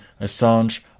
Assange